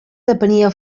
depenia